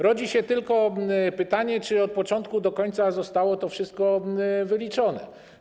Rodzi się tylko pytanie, czy od początku do końca zostało to wszystko wyliczone.